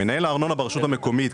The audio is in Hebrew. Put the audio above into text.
מנהל הארנונה ברשות המקומית,